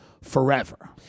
forever